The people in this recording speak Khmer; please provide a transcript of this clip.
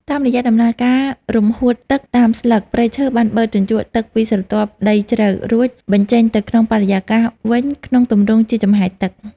តាមរយៈដំណើរការរំហួតទឹកតាមស្លឹក ព្រៃឈើបានបឺតជញ្ជក់ទឹកពីស្រទាប់ដីជ្រៅ រួចបញ្ចេញទៅក្នុងបរិយាកាសវិញក្នុងទម្រង់ជាចំហាយទឹក។